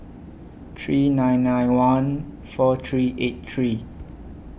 three nine nine one four three eight three